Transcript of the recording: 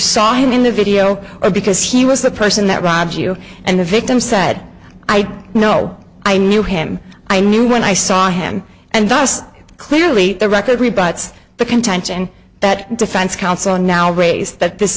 saw him in the video or because he was the person that robbed you and the victim said i know i knew him i knew when i saw him and thus clearly the record rebuts the contention that defense counsel now raised that this